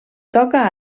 toca